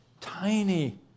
tiny